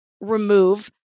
remove